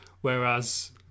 Whereas